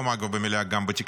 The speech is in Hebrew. היום, ואגב במליאה, גם בתקשורת.